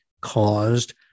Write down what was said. caused